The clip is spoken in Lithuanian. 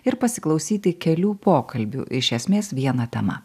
ir pasiklausyti kelių pokalbių iš esmės viena tema